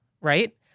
right